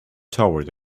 toward